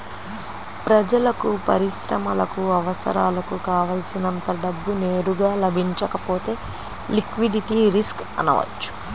ప్రజలకు, పరిశ్రమలకు అవసరాలకు కావల్సినంత డబ్బు నేరుగా లభించకపోతే లిక్విడిటీ రిస్క్ అనవచ్చు